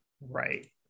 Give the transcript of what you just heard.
right